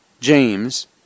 James